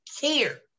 care